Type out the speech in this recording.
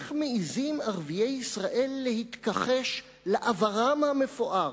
איך מעזים ערביי ישראל להתכחש לעברם המפואר,